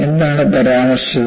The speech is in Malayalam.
എന്താണ് പരാമർശിച്ചത്